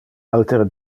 altere